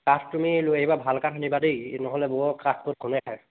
কাঠ তুমি লৈ আহিবা ভাল কাঠ আনিবা দেই নহ'লে বৰ কাঠটোত ঘোনে খায়